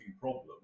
problem